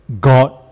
God